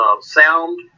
sound